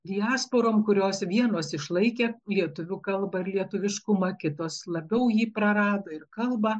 diasporom kurios vienos išlaikė lietuvių kalbą ir lietuviškumą kitos labiau jį prarado ir kalbą